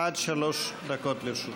עד שלוש דקות לרשותך.